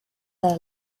their